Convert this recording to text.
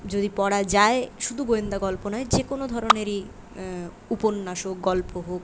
যদি পড়া যায় শুধু গোয়েন্দা গল্প নয় যেকোনো ধরনেরই উপন্যাস হোক গল্প হোক